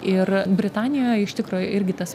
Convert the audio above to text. ir britanijoje iš tikro irgi tas